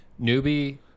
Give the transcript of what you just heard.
newbie